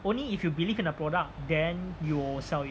only if you believe in a product then you will sell it